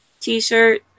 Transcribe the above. t-shirt